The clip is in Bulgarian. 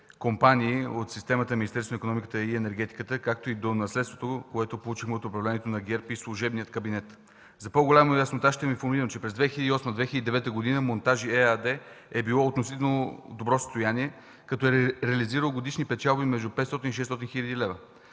на икономиката и енергетиката, както и до наследството, което получихме от управлението на ГЕРБ и служебния кабинет. За по-голяма яснота ще Ви информирам, че през 2008-2009 г. „Монтажи“ ЕАД е било в относително добро състояние, като е реализирало годишни печалби между 500-600 хил. лв.